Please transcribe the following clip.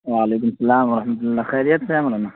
وعلیکم السلام ورحمۃ اللہ خیریت سے ہیں مولانا